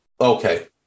Okay